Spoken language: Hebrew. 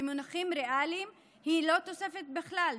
במונחים ריאליים היא לא תוספת בכלל,